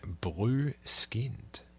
blue-skinned